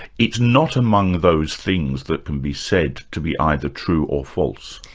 it's not among those things that can be said to be either true or false?